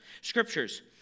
Scriptures